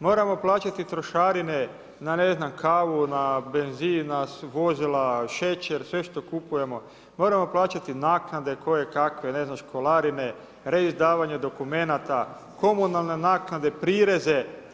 moramo plaćati trošarine na ne znam kavu, na benzin, na vozila, šećer, sve što kupujemo, moramo plaćati naknade koje kakve, ne znam školarine, reizdavanje dokumenata, komunalne naknade, prireze.